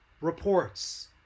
reports